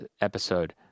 episode